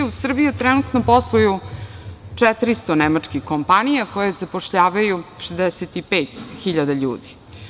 U Srbiji trenutno posluje 400 nemačkih kompanija, koje zapošljavaju 65.000 ljudi.